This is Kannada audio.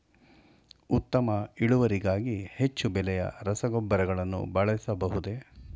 ಉತ್ತಮ ಇಳುವರಿಗಾಗಿ ಹೆಚ್ಚು ಬೆಲೆಯ ರಸಗೊಬ್ಬರಗಳನ್ನು ಬಳಸಬಹುದೇ?